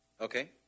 Okay